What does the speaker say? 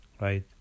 right